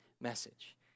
message